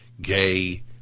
Gay